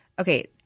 Okay